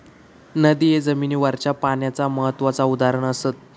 नदिये जमिनीवरच्या पाण्याचा महत्त्वाचा उदाहरण असत